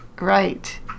Right